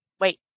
Wait